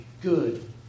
good